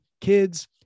kids